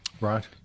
Right